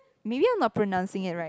maybe I'm not pronouncing it right